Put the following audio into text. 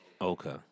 Okay